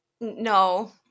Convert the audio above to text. No